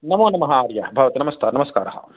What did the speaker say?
नमोनम आर्य भवत नमस्त नमस्कार